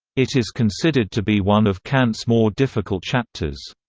it is considered to be one of kant's more difficult chapters.